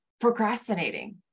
procrastinating